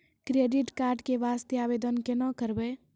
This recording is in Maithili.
क्रेडिट कार्ड के वास्ते आवेदन केना करबै?